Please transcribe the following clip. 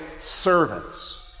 servants